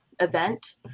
event